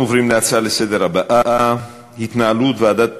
אנחנו עוברים להצעה לסדר-היום הבאה: התנהלות ועדת